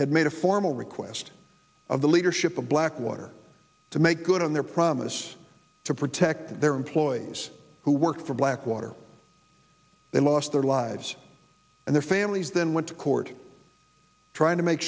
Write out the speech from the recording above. had made a formal request of the leadership of blackwater to make good on their promise to protect their employees who work for blackwater they lost their lives and their families then went to court trying to make